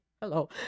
hello